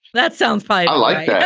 that sounds fine like that.